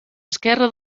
esquerra